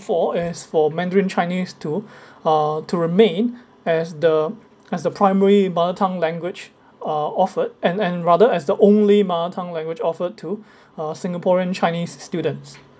for is for mandarin chinese to uh to remain as the as the primary mother tongue language uh offered and and rather as the only mother tongue language offered to uh singaporean chinese students